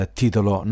titolo